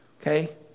okay